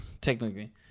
technically